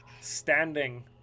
standing